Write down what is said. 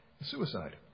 Suicide